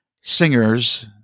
singers